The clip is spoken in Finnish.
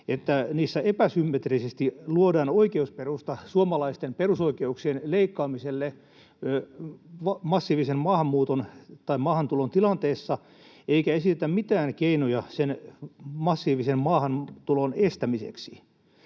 niissä epäsymmetrisesti luodaan oikeusperusta suomalaisten perusoikeuksien leikkaamiselle massiivisen maahanmuuton tai maahantulon tilanteessa eikä esitä mitään keinoja sen massiivisen maahantulon estämiseksi.